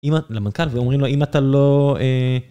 אם... למנכ"ל ואומרים לו אם אתה לא